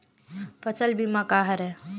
फसल बीमा का हरय?